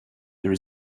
there